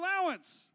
allowance